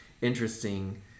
Interesting